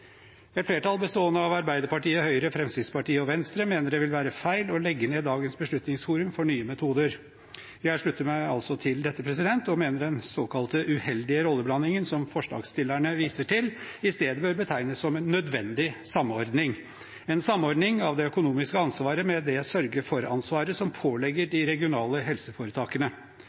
Et flertall bestående av Arbeiderpartiet, Høyre, Fremskrittspartiet og Venstre mener det vil være feil å legge ned dagens Beslutningsforum for nye metoder. Jeg slutter meg altså til dette og mener den såkalte uheldige rolleblandingen som forslagsstillerne viser til, i stedet bør betegnes som en «nødvendig samordning» – en samordning av det økonomiske ansvaret med det sørge-for-ansvaret som påligger de regionale helseforetakene.